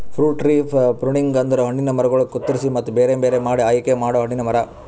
fruit tree pruning ಅಂದುರ್ ಹಣ್ಣಿನ ಮರಗೊಳ್ ಕತ್ತುರಸಿ ಮತ್ತ ಬೇರೆ ಬೇರೆ ಮಾಡಿ ಆಯಿಕೆ ಮಾಡೊ ಹಣ್ಣಿನ ಮರ